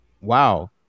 Wow